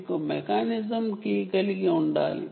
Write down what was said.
మీకు మెకానిజం కీ ని కలిగి ఉండాలి